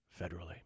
federally